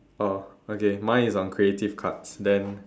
oh okay mine is on creative cards then